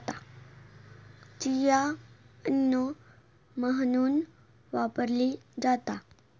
chia अन्न म्हणून वापरली जाता